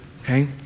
Okay